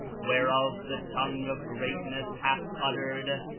where of the tongue of greatness hath uttered,